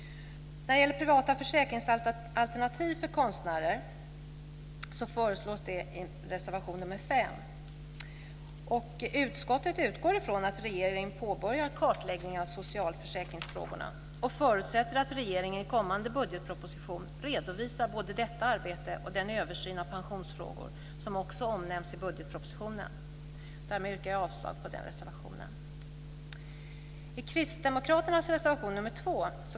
Privata försäkringsalternativ för konstnärer föreslås i reservation nr 5. Utskottet utgår ifrån att regeringen påbörjar kartläggningen av socialförsäkringsfrågorna och förutsätter att regeringen i kommande budgetproposition redovisar både detta arbete och den översyn av pensionsfrågor som också omnämns i budgetpropositionen. Därmed yrkar jag avslag på den reservationen.